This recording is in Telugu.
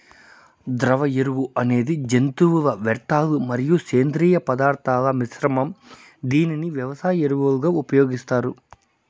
ద్రవ ఎరువు అనేది జంతువుల వ్యర్థాలు మరియు సేంద్రీయ పదార్థాల మిశ్రమం, దీనిని వ్యవసాయ ఎరువులుగా ఉపయోగిస్తారు